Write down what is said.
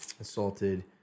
assaulted